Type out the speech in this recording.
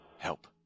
Help